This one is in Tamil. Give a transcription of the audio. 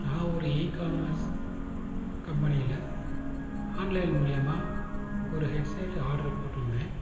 நான் ஒரு இகாமர்ஸ் கம்பெனியில் ஆன்லைன் மூலியமாக ஒரு ஹெட்செட் ஆட்ரு போட்டிருந்தேன்